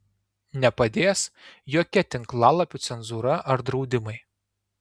nepadės jokia tinklalapių cenzūra ar draudimai